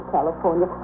California